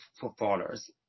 footballers